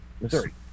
Missouri